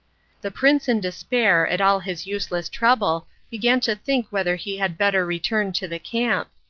the prince in despair at all his useless trouble began to think whether he had better return to the camp.